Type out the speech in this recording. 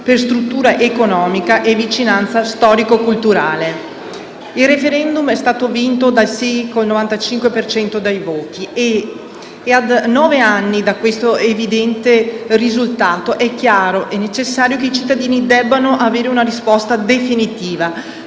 per struttura economica e vicinanza storico-culturale. Il *referendum* è stato stravinto dal sì con il 95 per cento dei voti e a nove anni da questo evidente risultato è chiaro e necessario che i cittadini debbano avere una risposta definitiva.